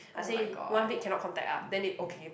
I say one week cannot contact ah then they okay